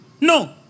No